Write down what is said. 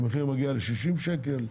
שהמחיר מגיע ל-50 שקלים,